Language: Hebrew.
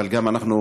אבל גם אנחנו,